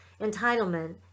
entitlement